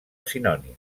sinònims